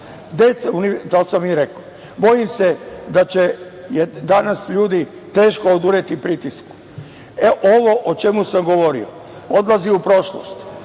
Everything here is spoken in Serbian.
folklora. Bojim se da će danas ljudi teško odoleti pritisku. Ovo o čemu sam govorio odlazi u prošlost,